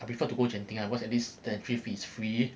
I prefer to go getting ah cause at least the entry fee is free